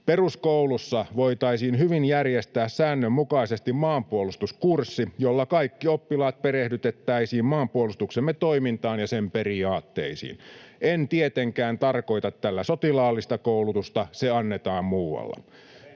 Peruskoulussa voitaisiin hyvin järjestää säännönmukaisesti maanpuolustuskurssi, jolla kaikki oppilaat perehdytettäisiin maanpuolustuksemme toimintaan ja sen periaatteisiin. En tietenkään tarkoita tällä sotilaallista koulutusta, se annetaan muualla.